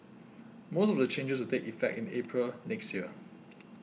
most of the changes will take effect in April next year